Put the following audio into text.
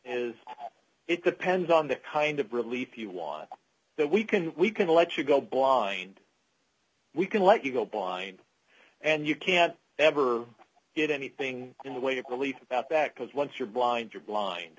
is it depends on the kind of relief you want that we can we can let you go blind we can let you go blind and you can't ever get anything in the way to quickly about that because once you're blind you're blind